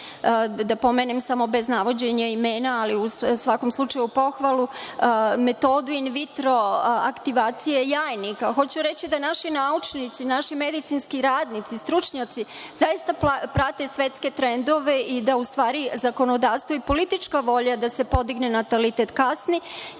Da pomenem samo, bez navođenja imena, ali u svakom slučaju pohvalu, metodu in vitro aktivacije jajnika. Hoću reći da naši naučnici, naši medicinski radnici, stručnjaci zaista prate svetske trendove i da u stvari zakonodavstvo i politička volja da se podigne natalitet kasni